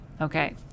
Okay